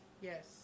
yes